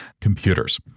computers